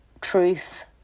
truth